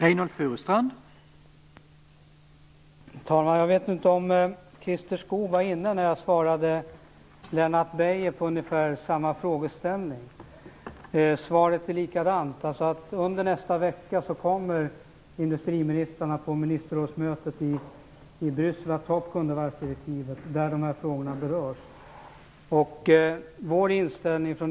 Herr talman! Jag vet inte om Christer Skoog var närvarande när jag svarade Lennart Beijer på ungefär samma fråga. Svaret är likadant. Under nästa vecka kommer alltså industriministern på ministerrådsmötet i Bryssel att ta upp det direktiv där dessa frågor berörs.